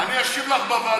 אני אשיב לך בוועדה מחר.